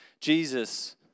Jesus